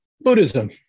Buddhism